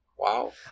Wow